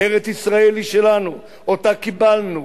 ארץ-ישראל היא שלנו, אותה קיבלנו.